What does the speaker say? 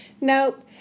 Nope